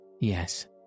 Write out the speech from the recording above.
Yes